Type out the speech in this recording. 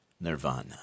nirvana